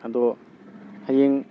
ꯑꯗꯣ ꯍꯌꯦꯡ